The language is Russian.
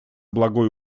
благое